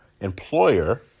employer